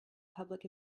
public